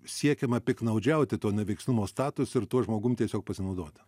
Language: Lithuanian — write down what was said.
siekiama piktnaudžiauti to neveiksnumo statusu ir tuo žmogum tiesiog pasinaudoti